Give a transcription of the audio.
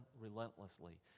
relentlessly